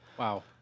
Wow